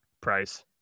Price